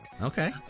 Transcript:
Okay